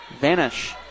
vanish